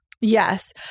Yes